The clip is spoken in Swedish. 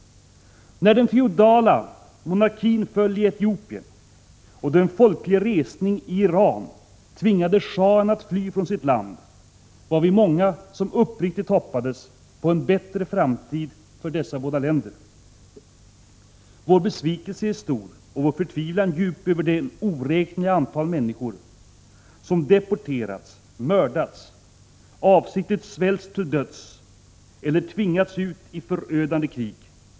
När den feodala monarkin föll i Etiopien och då en folklig resning i Iran tvingade shahen att fly från sitt land, var vi många som uppriktigt hoppades på en bättre framtid för dessa båda länder. Vår besvikelse är stor och vår förtvivlan djup över det oräkneliga antal människor som deporterats, mördats, avsiktligt svälts till döds och tvingats ut i förödande krig.